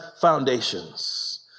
foundations